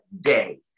day